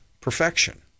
perfection